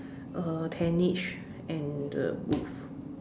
uh tentage and the booth